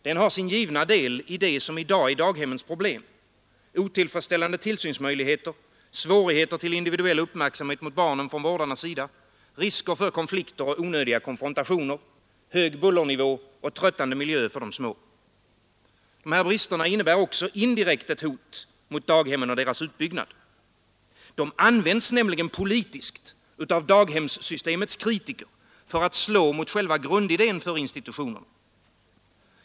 Den har sin givna del i det som i dag är daghemmens problem: otillfredsställande tillsynsmöjligheter, svårigheter med individuell uppmärksamhet mot barnen från vårdarnas sida, risker för konflikter och onödiga konfrontationer, hög bullernivå och tröttande miljö för de små. Dessa brister innebär också indirekt ett hot mot daghemmen och deras utbyggnad. De används nämligen politiskt av daghemssystemets kritiker för att slå mot själva grundidén för institutionerna.